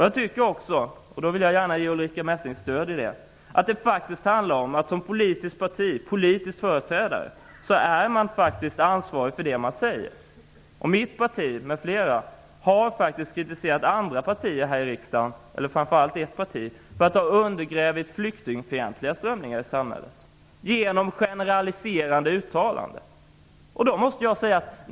Jag tycker att det handlar om att man som politisk företrädare är ansvarig för det man säger. Där vill jag ge Ulrica Messing stöd. Mitt parti m.fl. har kritiserat framför allt ett parti för att understödja flyktingfientliga strömningar i samhället genom generaliserande uttalanden.